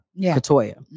Katoya